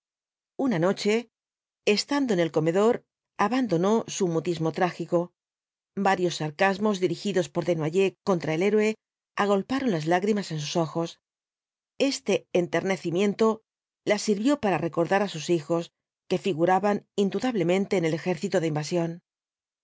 una noche estando en el comedor abandonó su mutismo trágico varios sarcasmos dirigidos por désno ers contra el héroe agolparon las lágrimas en sus ojos este enternecimiento la sirvió para recordar á sus hijos que figuraban indudablemente en el ejército de invasión